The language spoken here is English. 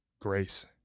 grace